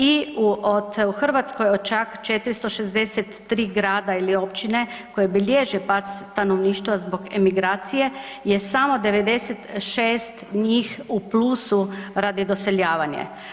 I u, od u Hrvatskoj u čak 463 grada ili općine koje bilježe pad stanovništva zbog emigracije je samo 96 njih u plusu radi doseljavanja.